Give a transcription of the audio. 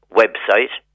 website